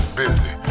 busy